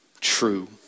true